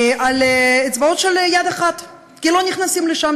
על אצבעות של יד אחת, כי לא נכנסים לשם.